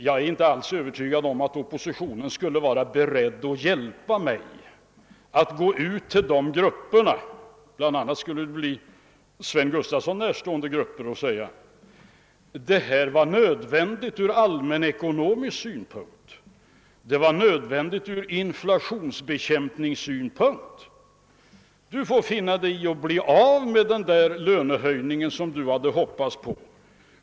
Jag är inte alls övertygad om att oppositionen skulle vara beredd att hjälpa mig genom att gå ut till de grupperna — bl.a. skulle det bli herr Gustafson närstående grupper — och säga: »Detta var nödvändigt ur allmänekonomisk synpunkt, det var nödvändigt ur inflationsbekämpningssynpunkt. Du får finna dig i att bli av med den där lönehöjningen som du hade hoppats på.